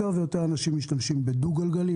יותר ויותר אנשים משתמשים בדו-גלגלי,